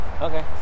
Okay